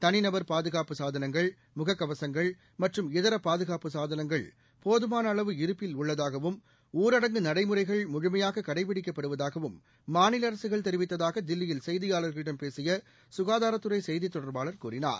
தனிநபர் பாதுகாப்பு சாதனங்கள் முகக்கவசங்கள் மற்றும் இதர பாதுகாப்பு சாதனங்கள் போதமானஅளவு நடைமுறைகள் முழுமையாக கடைபிடிக்கப்படுவதாகவும் மாநில அரசுகள் தெரிவித்ததாக தில்லியில் செய்தியாளா்களிடம் பேசிய சுகாதாரத்துறை செய்தித் தொடர்பாளர் கூறினார்